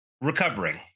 Recovering